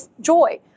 Joy